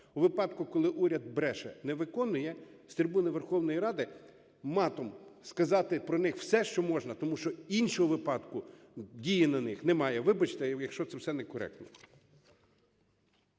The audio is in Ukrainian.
у випадку, коли уряд бреше, не виконує, з трибуни Верховної Ради матом сказати про них все, що можна, тому що іншого випадку дії на них немає. Вибачте, якщо це все некоректно.